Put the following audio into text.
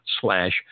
slash